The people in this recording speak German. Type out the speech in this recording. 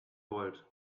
volt